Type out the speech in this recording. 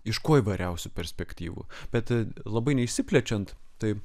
iš kuo įvairiausių perspektyvų bet labai neišsiplečiant tai